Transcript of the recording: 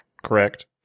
Correct